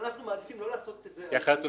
אנחנו מעדיפים לא לעשות את זה כי אחרת הוא